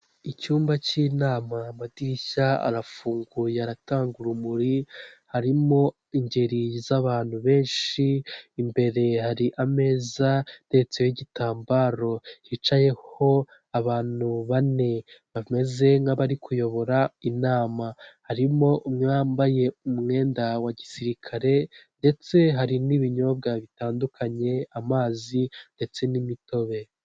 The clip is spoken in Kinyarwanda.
Icyumba cy'inama, amadirishya arafunguye aratanga urumuri, harimo ingeri z'abantu benshi, imbere hari ameza ateretseho igitambaro, hicayeho abantu bane bameze nk'abari kuyobora inama, harimo umwe wambaye umwenda wa gisirikare ndetse hari n'ibinyobwa bitandukanye amazi ndetse n'imitobe.